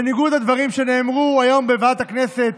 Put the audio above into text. בניגוד לדברים שנאמרו היום בוועדת הכנסת,